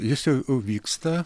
jis jau vyksta